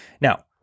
Now